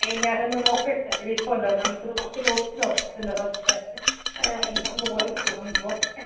ഞാനൊന്ന് നോക്കട്ടെ അവിടെ ഇരിപ്പുണ്ടോ നമുക്ക് ഇത് കുറച്ച് കോപ്പി തന്നിരുന്നു പക്ഷേ അത് എല്ലാം പോയെന്ന് തോന്നുന്നു നോക്കട്ടെ